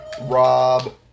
Rob